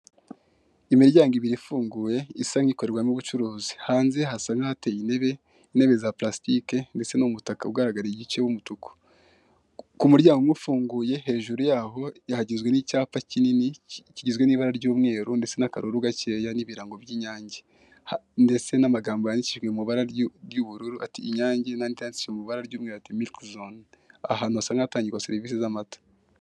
Imiryango ibiri ifunguye isa nk'ikorerwamo ubucuruzi, hanze hasa n'ahateye intebe intebe za parasitike ndetse n'umutaka ugaragara igice cy'umutuku ku muryango ufunguye hejuru yaho hahagizwe n'icyapa kinini kigizwe n'ibara ry'umweru ndetse n'akaruru gakeya n'ibirango by'inyange ndetse n'amagambo yandikishijwe mu ibara ry'ubururu ati inyange n'andi yanditse mu ibara ry'umweru ati milike zone. Aha hantu hasa n'a hatangirwa serivisi z'amata.